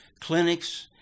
clinics